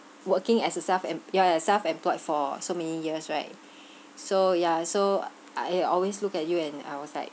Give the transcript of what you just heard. working as a self em~ you are a self employed for so many years right so ya so I always look at you and I was like